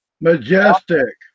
Majestic